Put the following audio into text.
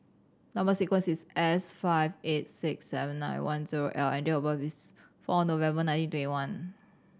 number sequence is S five eight six seven nine one zero L and date of birth is four November nineteen twenty one